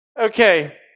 Okay